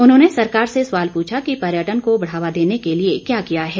उन्होंने सरकार से सवाल पूछा कि पर्यटन को बढावा देने के लिए क्या किया है